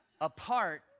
apart